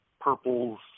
purples